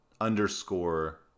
underscore